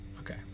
Okay